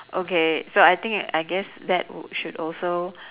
okay so I think I guess that wou~ should also